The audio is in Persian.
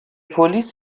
پلیس